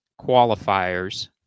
qualifiers